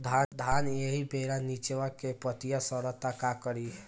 धान एही बेरा निचवा के पतयी सड़ता का करी?